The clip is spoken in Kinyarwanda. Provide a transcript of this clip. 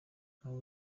ntawe